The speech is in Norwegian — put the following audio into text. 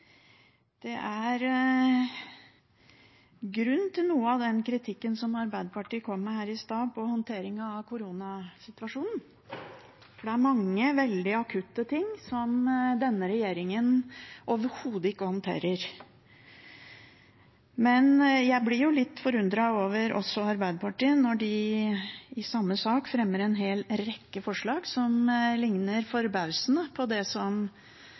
Det er grunn til noe av den kritikken som Arbeiderpartiet kom med her i stad, av håndteringen av koronasituasjonen, for det er mange veldig akutte ting som denne regjeringen overhodet ikke håndterer. Men jeg blir jo litt forundret over Arbeiderpartiet, når de i samme sak fremmer en hel rekke forslag som ligner forbausende på det